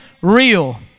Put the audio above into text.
Real